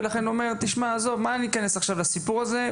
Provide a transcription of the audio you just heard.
ולכן אומר תשמע עזוב מה אני אכנס עכשיו לסיפור הזה,